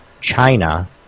China